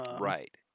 Right